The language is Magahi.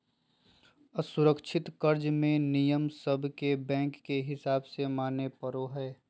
असुरक्षित कर्ज मे नियम सब के बैंक के हिसाब से माने पड़ो हय